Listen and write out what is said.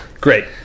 Great